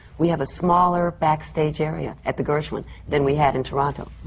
we have a smaller backstage area at the gershwin than we had in toronto.